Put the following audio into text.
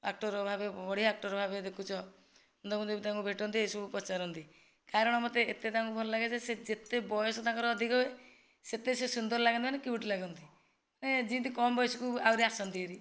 actor ଭାବେ ବଢ଼ିଆ actor ଭାବେ ଦେଖୁଛ ମୁଁ ଯଦି ତାଙ୍କୁ ଭେଟନ୍ତି ଏସବୁ ପଚାରନ୍ତି କାରଣ ମତେ ଏତେ ତାଙ୍କୁ ଭଲ ଲାଗେ ଯେ ସେ ଯେତେ ବୟସ ତାଙ୍କର ଅଧିକ ହୁଏ ସେତେ ସେ ସୁନ୍ଦର ଲାଗନ୍ତି ମାନେ କ୍ୟୁଟ ଲାଗନ୍ତି ମାନେ ଯେନ୍ତି କମ ବୟସ କୁ ଆହୁରି ଆସନ୍ତି ହେରି